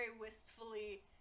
wistfully